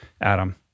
Adam